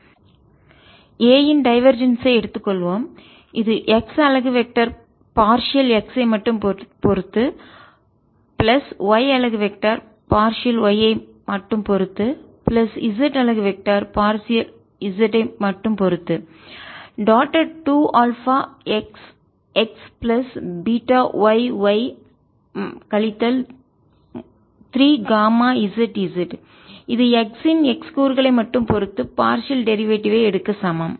எனவே A இன் divergence ஐ எடுத்துக்கொள்வோம் இது x அலகு வெக்டர் பார்சியல் x ஐ மட்டும் பொறுத்து பிளஸ் y அலகு வெக்டர் பார்சியல் y ஐ மட்டும் பொறுத்து பிளஸ் z அலகு வெக்டர் பார்சியல் z ஐ மட்டும் பொறுத்து dotted 2 alpha xx plus beta yy கழித்தல் 3 காமா zz இது x இன் x கூறுகளை மட்டும் பொறுத்து பார்சியல் டெரிவேட்டிவ் ஐ எடுக்க சமம்